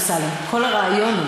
על הדאגה,